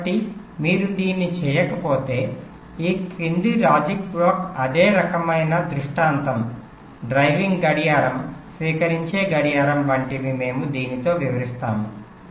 కాబట్టి మీరు దీన్ని చేయకపోతే ఈ క్రింది లాజిక్ బ్లాక్ అదే రకమైన దృష్టాంతం డ్రైవింగ్ గడియారం స్వీకరించే గడియారం వంటివి మనము దీనితో వివరిస్తాము